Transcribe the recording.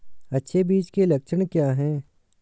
अच्छे बीज के लक्षण क्या हैं?